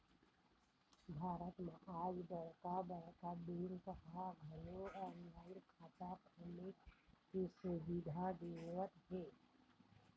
भारत म आज बड़का बड़का बेंक ह घलो ऑनलाईन खाता खोले के सुबिधा देवत हे